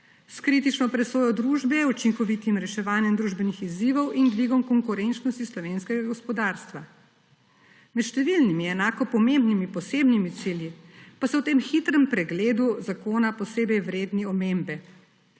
s kritično presojo v družbi, učinkovitim reševanjem družbenih izzivov in dvigom konkurenčnosti slovenskega gospodarstva. Med številnimi enako pomembnimi posebnimi cilji pa so v tem hitrem pregledu zakona posebej vredni omembe